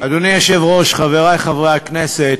אדוני היושב-ראש, חברי חברי הכנסת,